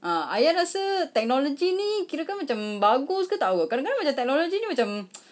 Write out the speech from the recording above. ah ayah rasa technology ni kirakan macam bagus ke tak bagus kadang kadang macam technology ni macam